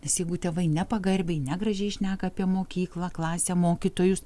nes jeigu tėvai nepagarbiai negražiai šneka apie mokyklą klasę mokytojus